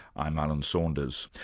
i'm alan saunders.